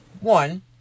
One